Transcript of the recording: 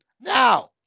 Now